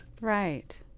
right